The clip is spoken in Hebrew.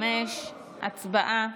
45. הצבעה.